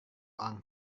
orang